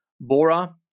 Bora